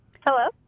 hello